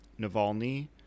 Navalny